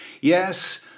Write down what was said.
Yes